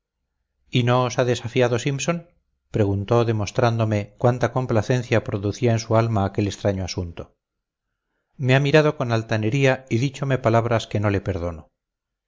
y no os ha desafiado simpson preguntó demostrándome cuánta complacencia producía en su alma aquel extraño asunto me ha mirado con altanería y díchome palabras que no le perdono